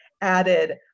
added